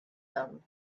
them